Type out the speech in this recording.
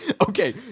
Okay